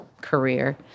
career